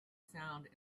sound